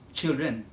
children